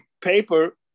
paper